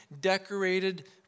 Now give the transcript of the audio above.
decorated